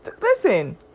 Listen